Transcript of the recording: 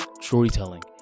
storytelling